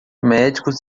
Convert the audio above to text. médicos